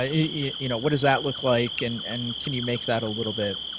ah yeah you know what does that look like? and and can you make that a little bit,